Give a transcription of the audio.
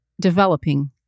Developing